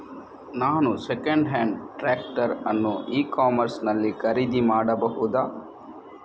ನಾನು second hand tractor ಅನ್ನು e commerce ನಲ್ಲಿ ಖರೀದಿ ಮಾಡಬಹುದಾ?